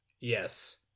Yes